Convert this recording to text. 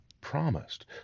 promised